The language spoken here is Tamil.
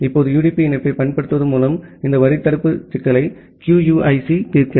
இப்போது UDP இணைப்பைப் பயன்படுத்துவதன் மூலம் இந்த வரி தடுப்பு சிக்கலை QUIC தீர்க்கிறது